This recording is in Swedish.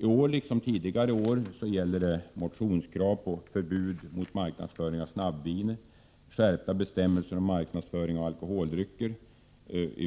I år liksom tidigare år gäller det motionskrav på förbud mot marknadsföring av snabbvin, skärpta bestämmelser mot marknadsföring av alkoholdrycker